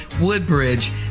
Woodbridge